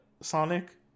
Sonic